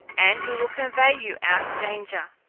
and we will convey you out of danger.